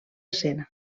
escena